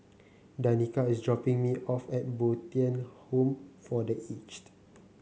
Danika is dropping me off at Bo Tien Home for The Aged